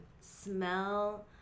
smell